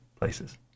places